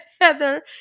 Heather